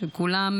שכולם